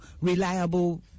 reliable